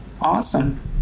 awesome